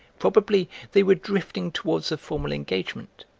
probably they were drifting towards a formal engagement.